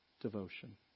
devotion